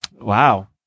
Wow